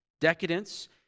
decadence